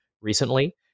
recently